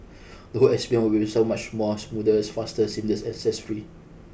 the whole experience would so much more smoother faster seamless and stress free